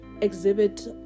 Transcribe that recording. exhibit